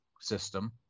system